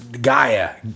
gaia